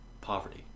poverty